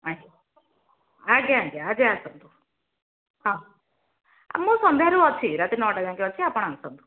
ଆଜ୍ଞା ଆଜ୍ଞା ଆଜ୍ଞା ଆଜ୍ଞା ଆଜି ଆସନ୍ତୁ ହଁ ମୁଁ ସନ୍ଧ୍ୟାରୁ ଅଛି ରାତି ନଅଟା ଯାଏଁ ଅଛି ଆପଣ ଆସନ୍ତୁ